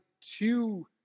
two